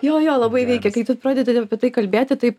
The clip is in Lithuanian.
jo jo labai veikia kai tu pradedi apie tai kalbėti tai